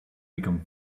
become